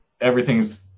everything's